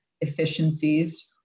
efficiencies